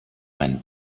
ein